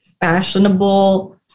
fashionable